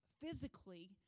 physically